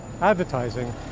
advertising